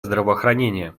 здравоохранения